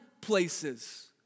places